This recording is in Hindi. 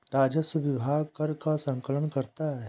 राजस्व विभाग कर का संकलन करता है